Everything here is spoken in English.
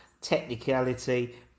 technicality